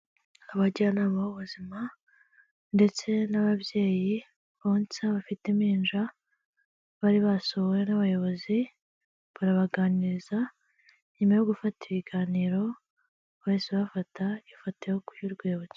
Abajyanama b'ubuzima ndetse n'ababyeyi bonsa bafite impinja, bari basuwe n'abayobozi barabaganiriza, nyuma yo gufata ibiganiro, bahise bafata ifoto y'urwibutso.